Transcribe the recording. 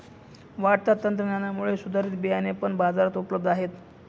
वाढत्या तंत्रज्ञानामुळे सुधारित बियाणे पण बाजारात उपलब्ध आहेत